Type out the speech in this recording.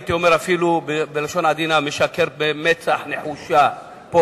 והייתי אומר בלשון עדינה שהוא משקר במצח נחושה פה,